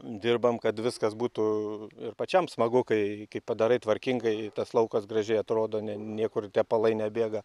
dirbam kad viskas būtų ir pačiam smagu kai padarai tvarkingai tas laukas gražiai atrodo ne niekur tepalai nebėga